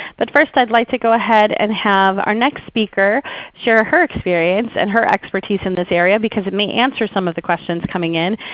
but first, i'd like to go ahead and have our next speaker share her experience and her expertise in this area because it may answer some of the questions coming in.